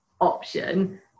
option